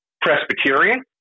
Presbyterian